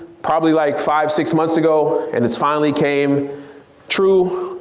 probably like five, six months ago and it's finally came true.